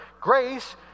grace